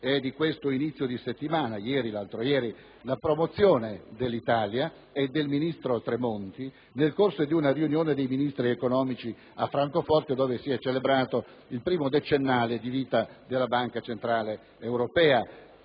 È di questo inizio di settimana (ieri o l'altro ieri) la promozione dell'Italia e del ministro Tremonti nel corso di una riunione dei Ministri economici a Francoforte, dove si è celebrato il primo decennale di vita della Banca centrale europea.